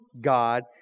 God